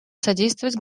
содействовать